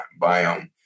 biome